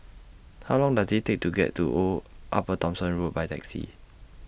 How Long Does IT Take to get to Old Upper Thomson Road By Taxi